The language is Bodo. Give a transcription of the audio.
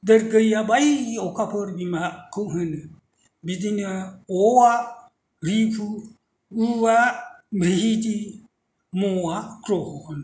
'ई' आ बै अखाफोर बिमाखौ होनो बिदिनो 'अ' आ रिफु 'उ' आ ब्रिहिधि 'म' आ 'ग्रह' होनो